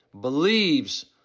believes